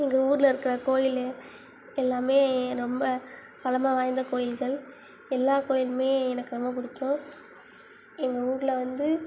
எங்கள் ஊரில் இருக்கிற கோயில் எல்லாமே ரொம்ப பழமை வாய்ந்த கோவில்கள் எல்லா கோவிலுமே எனக்கு ரொம்ப பிடிக்கும் எங்கள் ஊரில் வந்து